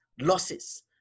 losses